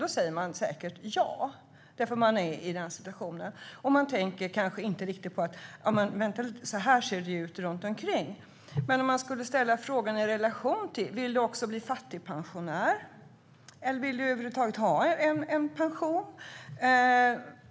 Då säger de säkert ja när de är i denna situation. De tänker kanske inte riktigt på hur det ser ut runt omkring en. Man kan också ställa frågan i relation till någonting annat: Vill du också bli fattigpensionär? Vill du över huvud taget ha en pension?